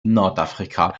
nordafrika